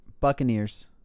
Buccaneers